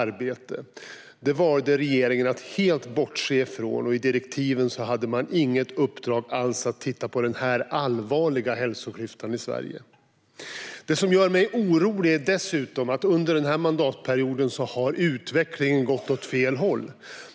Regeringen valde att helt bortse från detta; i direktiven hade man inget uppdrag alls att titta på denna allvarliga hälsoklyfta i Sverige. Det som gör mig orolig är att utvecklingen under denna mandatperiod dessutom har gått åt fel håll.